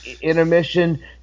intermission